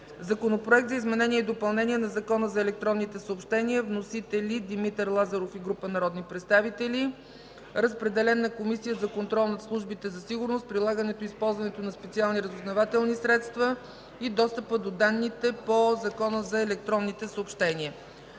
Законопроект за изменение и допълнение на Закона за електронните съобщения. Вносители – Димитър Лазаров и група народни представители. Водеща – Комисията за контрол над службите за сигурност, прилагането и използването на специални разузнавателни средства и достъпа до данните по Закона за електронните съобщения.